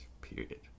period